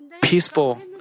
peaceful